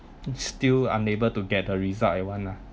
still unable to get a result I want lah